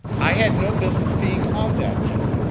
i had no business being on that team.